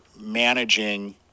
managing